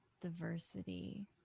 diversity